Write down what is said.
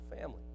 family